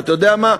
ואתה יודע מה?